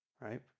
Right